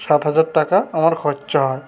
সাত হাজার টাকা আমার খরচা হয়